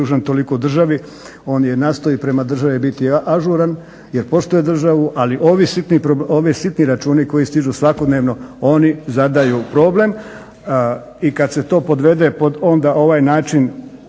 on nastoji prema državi biti ažuran jer poštuje državu ali ovi sitni računi koji stižu svakodnevno oni zadaju problem. I kada se to podvede pod onda ovaj način